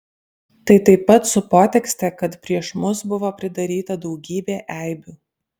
tai taip pat su potekste kad prieš mus buvo pridaryta daugybė eibių